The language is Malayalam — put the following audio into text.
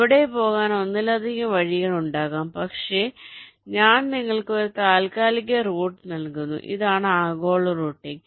അവിടെ പോകാൻ ഒന്നിലധികം വഴികൾ ഉണ്ടാകാം പക്ഷേ ഞാൻ നിങ്ങൾക്ക് ഒരു താൽക്കാലിക റൂട്ട് നൽകുന്നു ഇതാണ് ആഗോള റൂട്ടിംഗ്